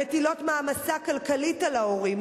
המטילות מעמסה כלכלית על ההורים.